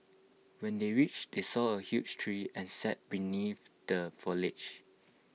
when they reached they saw A huge tree and sat beneath the foliage